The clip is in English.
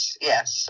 Yes